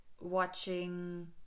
watching